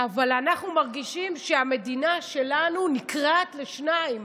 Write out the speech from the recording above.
אבל אנחנו מרגישים שהמדינה שלנו נקרעת לשניים,